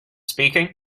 speaking